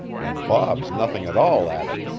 and bob's nothing at all at it.